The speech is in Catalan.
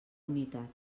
unitat